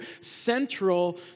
central